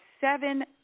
seven